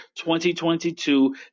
2022